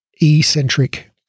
eccentric